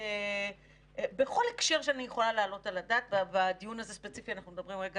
בקטע הזה אני מצפה גם מכם שתבואו ולא רק תגידו מה חסר,